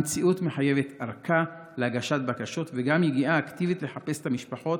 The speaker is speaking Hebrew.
המציאות מחייבת ארכה להגשת בקשות וגם יגיעה אקטיבית לחפש את המשפחות.